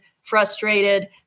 frustrated